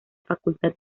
facultad